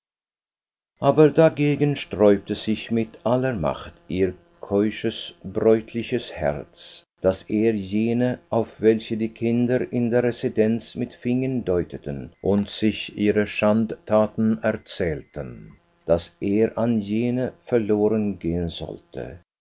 aber dagegen sträubte sich mit aller macht ihr keusches bräutliches herz daß er jene auf welche die kinder in der residenz mit fingern deuteten und sich ihre schandtaten erzählten daß er an jene verloren gehen sollte